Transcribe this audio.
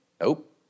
Nope